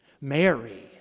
Mary